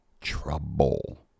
trouble